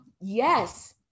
yes